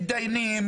מתדיינים,